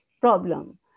problem